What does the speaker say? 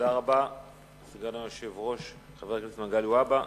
תודה רבה לסגן היושב-ראש, חבר הכנסת מגלי והבה.